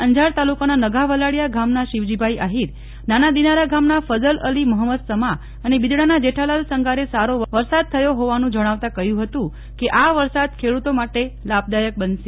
અંજાર તાલુકાના નગાવલાડીયા ગામના શિવજીભાઈ આહિર નાના દિનારા ગામના ફઝલ અલી મહમદ સમા અને બિદડાના જેઠાલાલ સંઘારે સારો વરસાદ થયો હોવાનું જણાવતા કહ્યું હતું કે આ વરસાદ ખેડૂતો માટે લાભદાયક બનશે